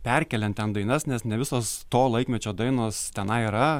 perkelian ten dainas nes ne visos to laikmečio dainos tenai yra